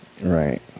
Right